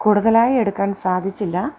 കൂടുതലായി എടുക്കാൻ സാധിച്ചില്ല